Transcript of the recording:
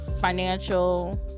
financial